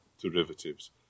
derivatives